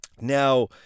Now